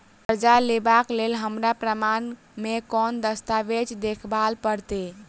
करजा लेबाक लेल हमरा प्रमाण मेँ कोन दस्तावेज देखाबऽ पड़तै?